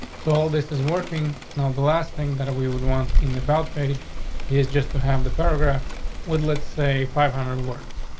so all this is working now, the last thing that we would want in the about page it just to have the program would, let's say five hundred words.